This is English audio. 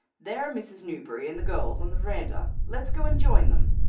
there are mrs. newberry and the girls on the verandah. let's go and join them.